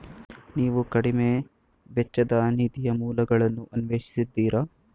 ನೀವು ಕಡಿಮೆ ವೆಚ್ಚದ ನಿಧಿಯ ಮೂಲಗಳನ್ನು ಅನ್ವೇಷಿಸಿದ್ದೀರಾ?